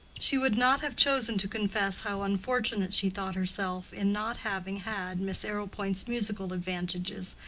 she would not have chosen to confess how unfortunate she thought herself in not having had miss arrowpoint's musical advantages,